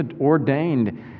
ordained